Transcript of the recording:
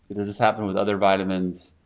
does this happen with other vitamins?